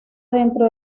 dentro